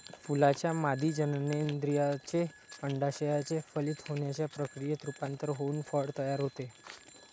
फुलाच्या मादी जननेंद्रियाचे, अंडाशयाचे फलित होण्याच्या प्रक्रियेत रूपांतर होऊन फळ तयार होते